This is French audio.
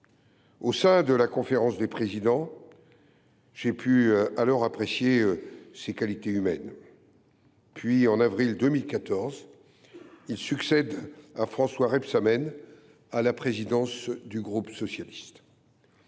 Au sein de la conférence des présidents, j’ai pu alors apprécier ses qualités humaines. En avril 2014, il succède à François Rebsamen à la présidence du groupe socialiste.